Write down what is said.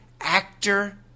actor